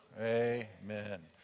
Amen